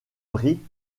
brie